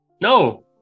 No